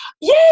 yay